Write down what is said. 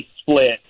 split